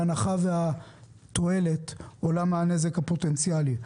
בהנחה והתועלת עולה על הנזק הפוטנציאלי.